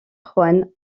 juan